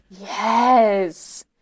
Yes